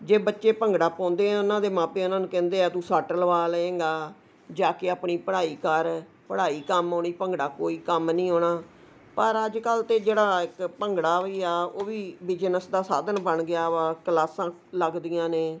ਜੇ ਬੱਚੇ ਭੰਗੜਾ ਪਾਉਂਦੇ ਆ ਉਹਨਾਂ ਦੇ ਮਾਪੇ ਉਹਨੂੰ ਕਹਿੰਦੇ ਆ ਤੂੰ ਸੱਟ ਲਵਾ ਲਏਗਾ ਜਾ ਕੇ ਆਪਣੀ ਪੜ੍ਹਾਈ ਕਰ ਪੜ੍ਹਾਈ ਕੰਮ ਆਉਣੀ ਭੰਗੜਾ ਕੋਈ ਕੰਮ ਨਹੀਂ ਆਉਣਾ ਪਰ ਅੱਜਕੱਲ੍ਹ ਤਾਂ ਜਿਹੜਾ ਇੱਕ ਭੰਗੜਾ ਵੀ ਆ ਉਹ ਵੀ ਬਿਜਨਸ ਦਾ ਸਾਧਨ ਬਣ ਗਿਆ ਵਾ ਕਲਾਸਾਂ ਲੱਗਦੀਆਂ ਨੇ